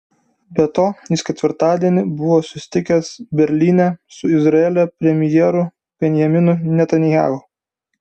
be to jis ketvirtadienį buvo susitikęs berlyne su izraelio premjeru benjaminu netanyahu